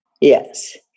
Yes